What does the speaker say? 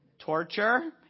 Torture